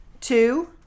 Two